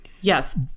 Yes